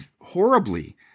horribly